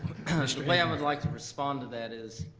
the way i would like to respond to that is,